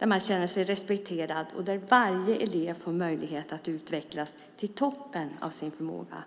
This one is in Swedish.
och känner sig respekterad, och där varje elev får möjlighet att utvecklas till toppen av sin förmåga.